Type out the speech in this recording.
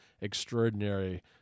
extraordinary